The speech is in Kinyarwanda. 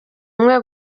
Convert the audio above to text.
umwe